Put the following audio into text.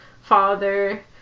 father